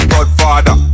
Godfather